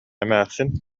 эмээхсин